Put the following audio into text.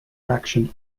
action